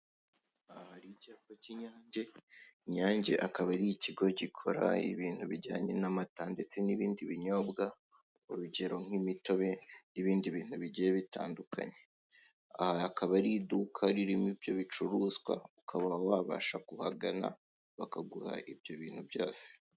Aha hari icyapa cy'Inyange, Inyange akaba ari ikigo gikora ibintu bijyanye n'amata ndetse n'ibindi binyobwa, urugero nk'imitobe n'ibindi bintu bigiye bitandukanye. Aha hakaba ari iduka ririmo ibyo bicuruzwa, ukaba wabasha kubagana, bakaguha ibyo bintu byose.